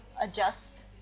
adjust